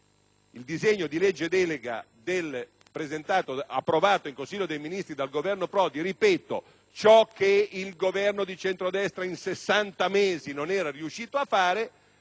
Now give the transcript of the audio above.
Il disegno di legge delega è approvato in Consiglio dei ministri dal Governo Prodi (ripeto, ciò che il Governo di centrodestra in 60 mesi non era riuscito a fare)